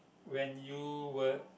when you were